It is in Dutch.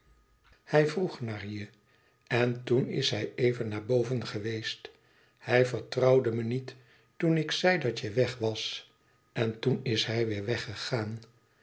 hij vroeg naar je en toen is hij even naar boven geweest hij vertrouwde me niet toen ik zei dat je weg was en toen is hij weêr weggegaan